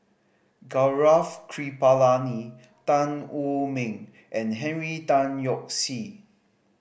Gaurav Kripalani Tan Wu Ming and Henry Tan Yoke See